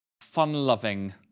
fun-loving